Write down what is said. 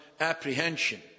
apprehension